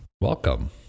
Welcome